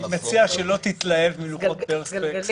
אני מציע שלא תתלהב מלוחות פרספקס,